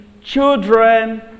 children